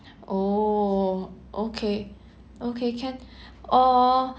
oh okay okay can uh